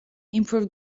improved